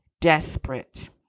desperate